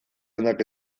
onak